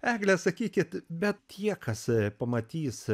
egle sakykit bet tie kas pamatys